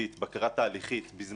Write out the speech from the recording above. בקרה תהליכית בזמן אמת